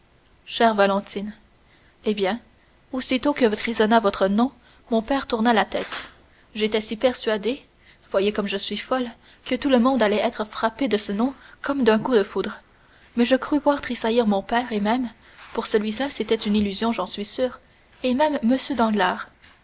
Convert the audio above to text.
chère valentine eh bien aussitôt que résonna votre nom mon père tourna la tête j'étais si persuadée voyez comme je suis folle que tout le monde allait être frappé de ce nom comme d'un coup de foudre que je crus voir tressaillir mon père et même pour celui-là c'était une illusion j'en suis sûre et même